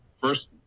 first